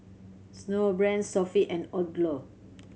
Snowbrand Sofy and Odlo